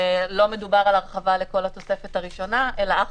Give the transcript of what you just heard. ולא מדובר על הרחבה לכל התוספת הראשונה אלא אך